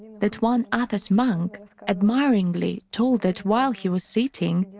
that one athos monk admiringly told that while he was sitting,